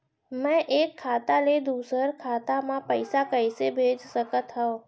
मैं एक खाता ले दूसर खाता मा पइसा कइसे भेज सकत हओं?